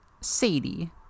Sadie